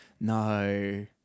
no